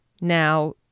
now